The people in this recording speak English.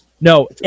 No